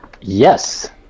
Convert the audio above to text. Yes